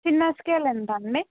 చిన్న స్కేల్ ఎంత అండి